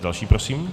Další prosím.